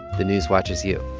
the news watches you